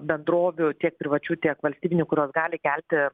bendrovių tiek privačių tiek valstybinių kurios gali kelti